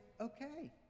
okay